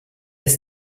ist